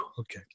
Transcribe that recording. okay